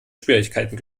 schwierigkeiten